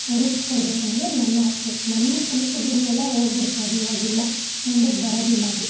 ರೂಪಿಸ್ಕೊಡ್ಬೇಕನ್ನೋದೇ ನನ್ನಾಸೆ ನನ್ನ ಕನಸು ಗುರಿಯೆಲ್ಲ ಹೋಗ್ಬಿಡ್ತು ಅದು ಇವಾಗಿಲ್ಲ ಮುಂದಕ್ಕೆ ಬರೋದಿಲ್ಲ ಅದು